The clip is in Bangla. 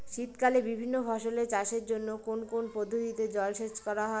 শীতকালে বিভিন্ন ফসলের চাষের জন্য কোন কোন পদ্ধতিতে জলসেচ করা হয়?